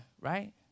right